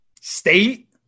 state